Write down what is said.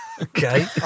Okay